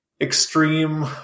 extreme